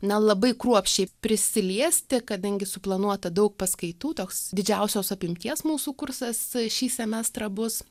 na labai kruopščiai prisiliesti kadangi suplanuota daug paskaitų toks didžiausios apimties mūsų kursas šį semestrą bus